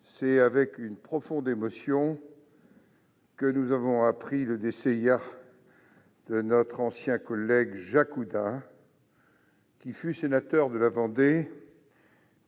c'est avec une profonde émotion que nous avons appris le décès hier de notre ancien collègue Jacques Oudin, qui fut sénateur de la Vendée